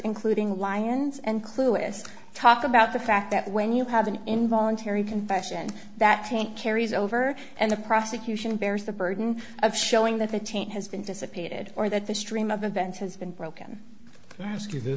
including lions and clueless talk about the fact that when you have an involuntary confession that can't carries over and the prosecution bears the burden of showing that the taint has been dissipated or that the stream of events has been broken